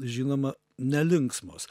žinoma nelinksmos